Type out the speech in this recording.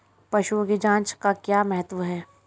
पशुओं की जांच का क्या महत्व है?